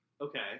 Okay